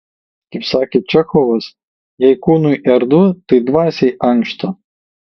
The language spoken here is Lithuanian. kaip sakė čechovas jei kūnui erdvu tai dvasiai ankšta